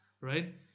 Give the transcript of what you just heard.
right